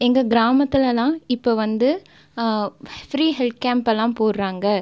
எங்கள் கிராமத்துலெல்லாம் இப்போ வந்து ஃப்ரீ ஹெல்த் கேம்ப் எல்லாம் போடுகிறாங்க